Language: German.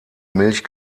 milch